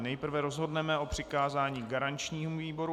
Nejprve rozhodneme o přikázání garančnímu výboru.